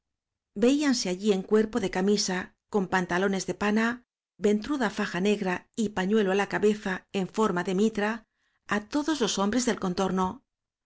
veíanse allí en cuerpo de camisa con pantalones de pana ventruda faja negra y pa ñuelo á la cabeza en forma de mitra á todos los hombres del contorno